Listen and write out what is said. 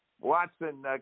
Watson